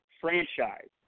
franchise